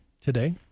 today